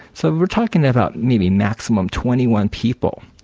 so we're talking about needing maximum twenty one people.